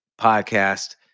podcast